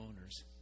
owners